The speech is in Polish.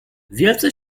wielce